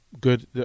Good